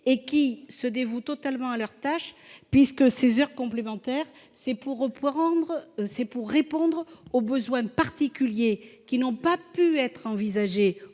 et qui se dévouent totalement à leur tâche. Les heures complémentaires visent à répondre à des besoins particuliers qui n'ont pas pu être envisagés